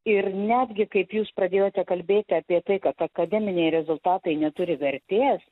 ir netgi kaip jūs pradėjote kalbėti apie tai kad akademiniai rezultatai neturi vertės